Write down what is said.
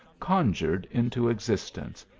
conjured into existence,